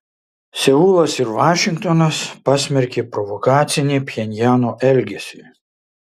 seulas ir vašingtonas pasmerkė provokacinį pchenjano elgesį